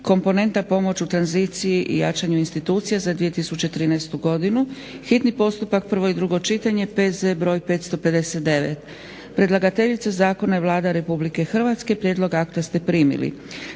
IPA-komponenta pomoć u tranziciji i jačanje institucija za 2013. godinu, hitni postupak, prvo i drugo čitanje, P.Z. br. 559. Predlagateljica zakona je Vlada Republike Hrvatske. Prijedlog alta ste primili.